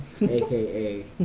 aka